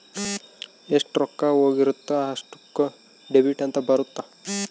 ಎಷ್ಟ ರೊಕ್ಕ ಹೋಗಿರುತ್ತ ಅಷ್ಟೂಕ ಡೆಬಿಟ್ ಅಂತ ಬರುತ್ತ